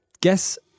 guess